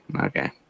okay